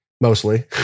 mostly